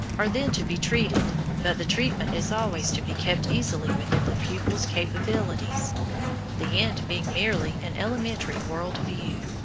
are then to be treated, but the treatment is always to be kept easily within the pupil's capabilities the end being merely an elementary world-view.